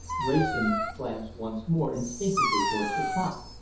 wrayson glanced once more instinctively towards the clock.